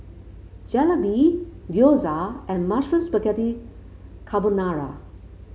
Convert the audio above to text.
Jalebi Gyoza and Mushroom Spaghetti Carbonara